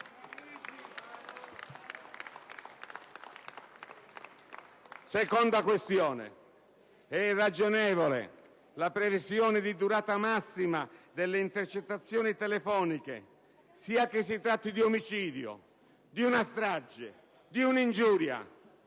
Seconda questione: è irragionevole la previsione di durata massima delle intercettazioni telefoniche, sia che si tratti di omicidio, di una strage, di un'ingiuria,